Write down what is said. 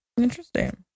Interesting